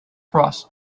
cross